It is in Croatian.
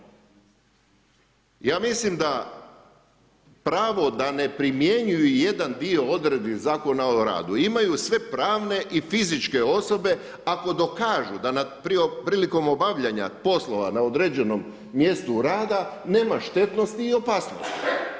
Ja mislim da pravo da ne primjenjuju jedan dio odredbi Zakona o radu, imaju sve pravne i fizičke osobe ako dokažu da prilikom obavljanja poslova na određenom mjestu rada nema štetnosti i opasnosti.